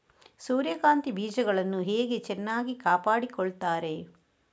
ಸೂರ್ಯಕಾಂತಿ ಬೀಜಗಳನ್ನು ಹೇಗೆ ಚೆನ್ನಾಗಿ ಕಾಪಾಡಿಕೊಳ್ತಾರೆ?